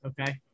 Okay